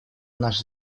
наш